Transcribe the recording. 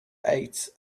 eight